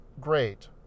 great